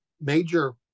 major